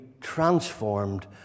transformed